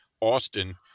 Austin